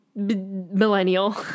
millennial